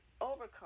Overcome